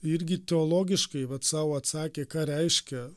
irgi teologiškai vat sau atsakė ką reiškia